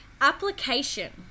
application